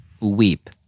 weep